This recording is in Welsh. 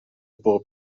bob